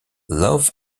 love